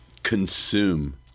Consume